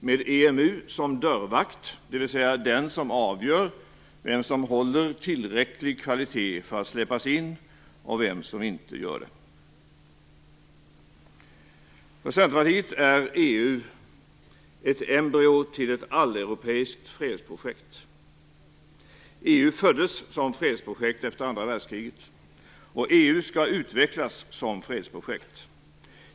Där blir EMU dörrvakt, dvs. den som avgör vem som håller tillräcklig kvalitet för att släppas in och vem som inte gör det. För Centerpartiet är EU ett embryo till ett alleuropeisk fredsprojekt. EU föddes som ett fredsprojekt efter andra världskriget, och EU skall utvecklas som fredsprojekt.